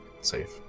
safe